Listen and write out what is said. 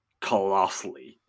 colossally